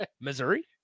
Missouri